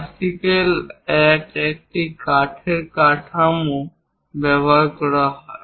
classical এক একটি কাঠের কাঠামো ব্যবহার করা হয়